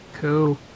Cool